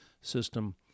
system